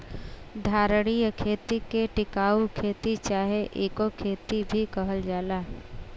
धारणीय खेती के टिकाऊ खेती चाहे इको खेती भी कहल जाला